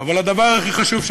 אבל הדבר הכי חשוב,